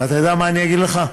אתה יודע מה אני אגיד לך?